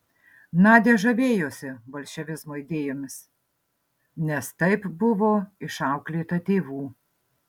nadia žavėjosi bolševizmo idėjomis nes taip buvo išauklėta tėvų